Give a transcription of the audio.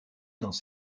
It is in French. dans